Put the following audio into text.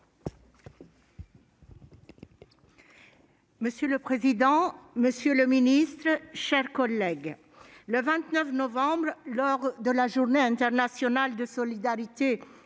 Monsieur le président, monsieur le ministre, mes chers collègues, le 29 novembre, lors de la Journée internationale de solidarité